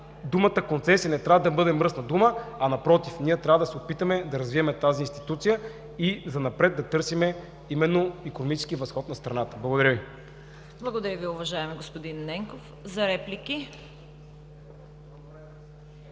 думата „концесия“ не трябва да бъде мръсна дума, а напротив, ние трябва да се опитаме да развием тази институция и занапред да търсим именно икономически възход на страната. Благодаря Ви. ПРЕДСЕДАТЕЛ ЦВЕТА КАРАЯНЧЕВА: Благодаря Ви, уважаеми господин Ненков. Реплики?